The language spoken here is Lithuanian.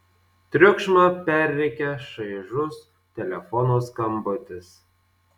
triukšmą perrėkia šaižus telefono skambutis